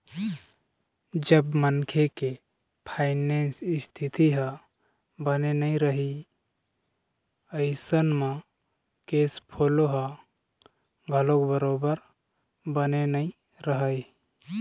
जब मनखे के फायनेंस इस्थिति ह बने नइ रइही अइसन म केस फोलो ह घलोक बरोबर बने नइ रहय